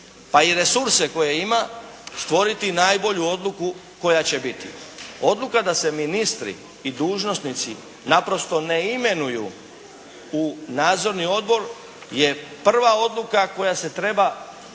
pa i resurse koje ima, stvoriti najbolju odluku koja će biti. Odluka da se ministri i dužnosnici naprosto ne imenuju u nadzorni odbor je prva odluka koja se treba dobiti,